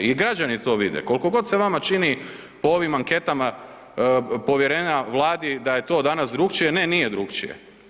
I građani to vide, koliko god se vama čini po ovim anketama povjerenja Vladi da je to danas drukčije, ne nije drukčije.